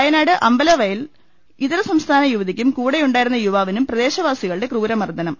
വയനാട് അമ്പല്പവയലിൽ ഇതരസംസ്ഥാന യുവതിക്കും കൂടെ യുണ്ടായിരുന്ന യുവാവിനും പ്രദേശവാസികളുടെ ക്രൂരമർദ്ദനം